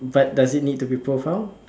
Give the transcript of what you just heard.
err but does it need to be profound